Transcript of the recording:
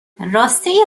راسته